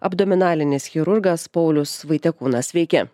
abdominalinis chirurgas paulius vaitekūnas sveiki